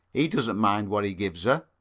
he doesn't mind what he gives her.